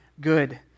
good